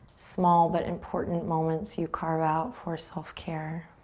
small but important moments you carve out for self care.